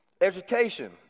Education